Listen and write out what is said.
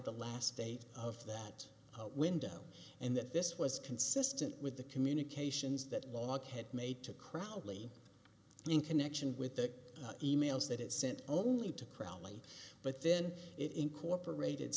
the last day of that window and that this was consistent with the communications that log had made to crowley in connection with the emails that it sent only to crowley but then it incorporated